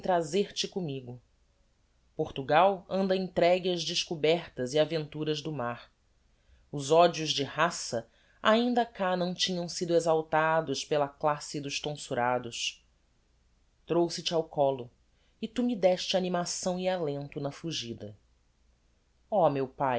commigo portugal anda entregue ás descobertas e aventuras do mar os odios de raça ainda cá não tinham sido exaltados pela classe dos tonsurados trouxe te ao collo e tu me deste animação e alento na fugida ó meu pae